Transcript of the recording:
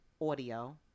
audio